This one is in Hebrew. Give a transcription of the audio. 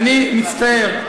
אני מצטער.